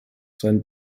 sein